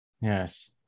Yes